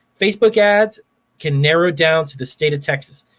facebook ads can narrow down to the state of texas.